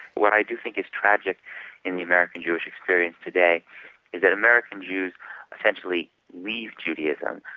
what i do think is tragic in the american jewish experience today is that american jews essentially leave judaism,